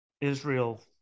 Israel